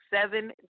seven